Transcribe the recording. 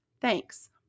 thanks